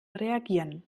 reagieren